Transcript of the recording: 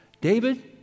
David